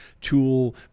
tool